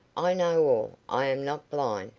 i know all i am not blind.